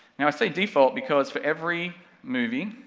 now i say default because for every movie,